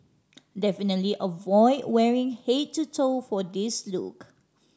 definitely avoid wearing head to toe for this look